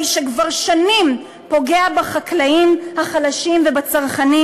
שכבר שנים פוגע בחקלאים החלשים ובצרכנים,